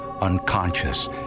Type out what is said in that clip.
unconscious